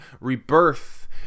rebirth